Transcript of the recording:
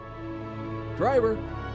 Driver